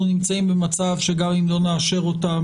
אנחנו במצב שגם אם לא נאשר אותן,